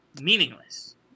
Meaningless